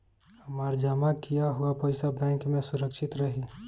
हमार जमा किया हुआ पईसा बैंक में सुरक्षित रहीं?